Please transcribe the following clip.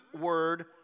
word